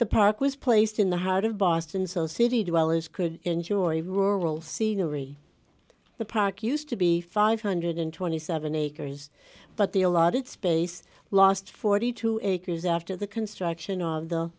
the park was placed in the heart of boston so city dwellers could enjoy a rural scenery the park used to be five hundred and twenty seven dollars acres but the allotted space lost forty two dollars acres after the construction of the